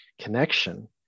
connection